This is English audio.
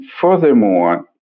furthermore